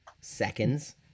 seconds